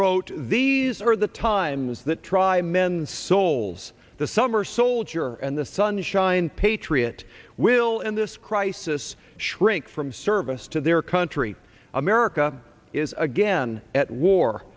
wrote these are the times that try men's souls the summer soldier and the sunshine patriot will in this crisis shrink from sir service to their country america is again at war